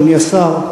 אדוני השר,